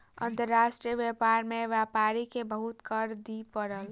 अंतर्राष्ट्रीय व्यापार में व्यापारी के बहुत कर दिअ पड़ल